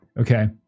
okay